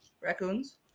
raccoons